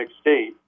state